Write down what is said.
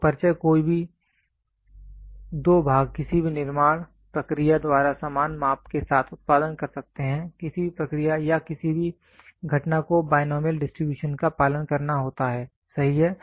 तो परिचय कोई भी दो भाग किसी भी निर्माण प्रक्रिया द्वारा समान माप के साथ उत्पादन कर सकते हैं किसी भी प्रक्रिया या किसी भी घटना को बायनॉमियल डिस्ट्रीब्यूशन का पालन करना होता है सही है